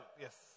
yes